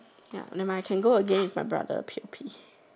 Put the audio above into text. ya nevermind can go again with my brother p_o_p